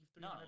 No